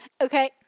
Okay